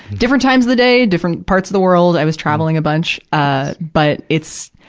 different times of the day, different parts of the world i was traveling a bunch. ah but, it's,